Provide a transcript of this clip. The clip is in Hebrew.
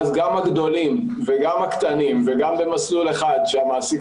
ואז גם הגדולים וגם הקטנים וגם במסלול אחד שהמעסיק